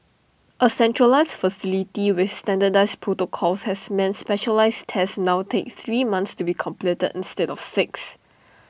A centralised facility with standardised protocols has meant specialised tests now take three months to be completed instead of six